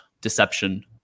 deception